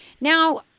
now